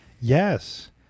yes